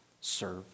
serve